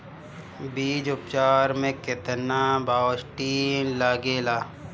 बीज उपचार में केतना बावस्टीन लागेला?